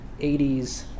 80s